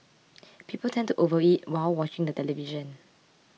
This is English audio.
people tend to overeat while watching the television